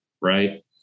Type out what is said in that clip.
Right